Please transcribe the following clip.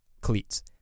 cleats